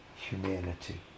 humanity